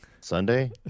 sunday